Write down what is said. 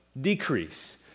decrease